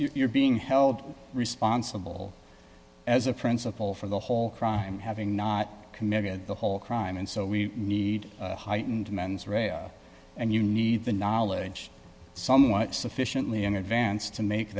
you're being held responsible as a principal for the whole crime having not committed the whole crime and so we need heightened mens rea and you need the knowledge somewhat sufficiently in advance to make